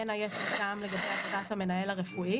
בין היתר לגבי הכשרת המנהל הרפואי.